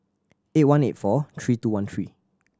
eight one eight four three two one three